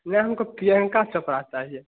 नहीं हमको प्रियंका चोपड़ा चाहिए